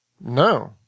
No